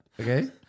Okay